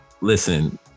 Listen